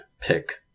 pick